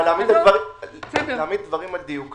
אבל אני רוצה להעמיד דברים על דיוקם.